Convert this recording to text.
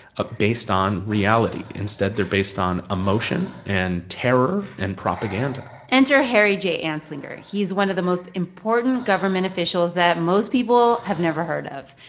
ah based on reality. instead, they're based on emotion and terror and propaganda enter harry j. anslinger. he's one of the most important government officials that most people have never heard of.